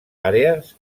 àrees